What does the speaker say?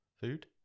food